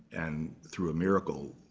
and through a miracle,